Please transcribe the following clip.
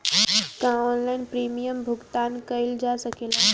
का online premium भुगतान कईल जा सकेला?